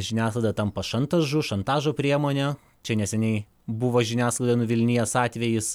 žiniasklaida tampa šantažu šantažo priemone čia neseniai buvo žiniasklaidą nuvilnijęs atvejis